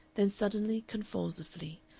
then suddenly, convulsively,